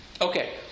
Okay